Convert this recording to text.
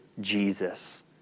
Jesus